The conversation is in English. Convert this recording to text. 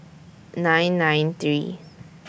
nine nine three